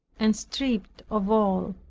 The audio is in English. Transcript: and stripped of all.